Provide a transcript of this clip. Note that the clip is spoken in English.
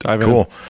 Cool